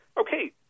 Okay